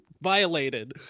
violated